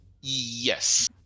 Yes